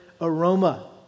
aroma